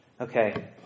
okay